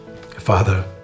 Father